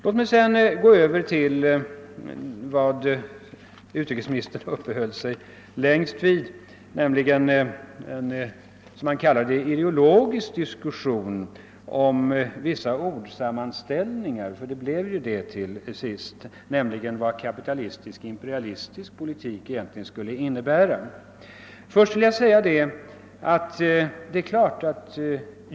Låt mig sedan övergå till det, som utrikesministern uppehöll sig längst vid, nämligen vad han kallade för en ideologisk diskussion om vissa ordsammanställningar — det blev ju det till sist — och vad uttrycket kapitalistisk-imperialistisk politik egentligen betyder.